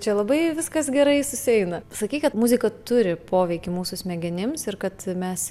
čia labai viskas gerai susieina sakei kad muzika turi poveikį mūsų smegenims ir kad mes